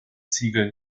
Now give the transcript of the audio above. ziegeln